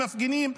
אני מבין.